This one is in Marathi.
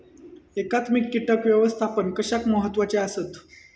एकात्मिक कीटक व्यवस्थापन कशाक महत्वाचे आसत?